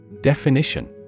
Definition